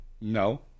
No